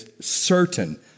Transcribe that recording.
certain